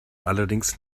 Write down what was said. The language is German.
allerdings